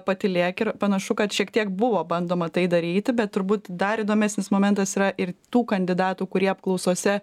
patylėk ir panašu kad šiek tiek buvo bandoma tai daryti bet turbūt dar įdomesnis momentas yra ir tų kandidatų kurie apklausose